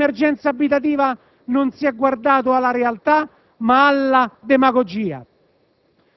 Sull'emergenza abitativa non si è guardato alla realtà ma alla demagogia.